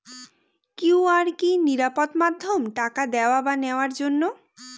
QR কি নিরাপদ মাধ্যম টাকা দেওয়া বা নেওয়ার জন্য?